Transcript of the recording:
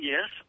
Yes